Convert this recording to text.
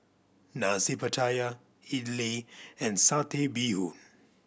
Nasi Pattaya idly and Satay Bee Hoon